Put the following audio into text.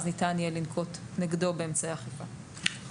ניתן יהיה לנקוט כנגדו באמצעי אכיפה.